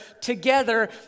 together